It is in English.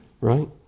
right